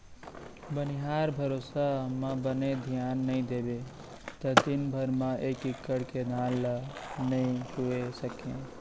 बनिहार भरोसा म बने धियान नइ देबे त दिन भर म एक एकड़ के धान ल नइ लूए सकें